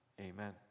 Amen